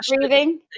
breathing